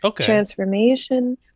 transformation